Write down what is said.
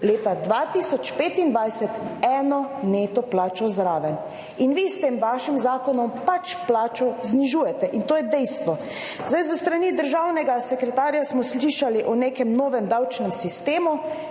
leta 2025 eno neto plačo zraven in vi s tem vašim zakonom pač plačo znižujete in to je dejstvo. Zdaj s strani državnega sekretarja smo slišali o nekem novem davčnem sistemu.